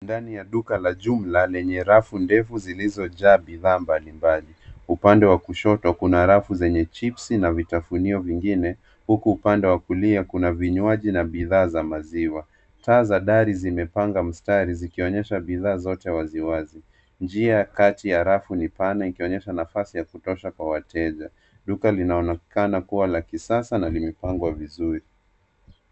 Ndani ya duka la jumla, lenye rafu ndefu zilizojaa bidhaa mbalimbali. Upande wa kushoto kuna rafu zenye chipsi na vitafunio vingine, huku upande wa kulia, kuna vinywaji na bidhaa za maziwa. Taa za dari zimepanga mstari zikionyesha bidhaa zote waziwazi. Njia ya kati ya rafu ni pana, ikionyesha nafasi ya kutosha kwa wateja. Duka linaonekana kuwa la kisasa na limepangwa vizuri.